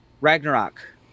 Ragnarok